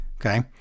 Okay